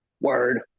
Word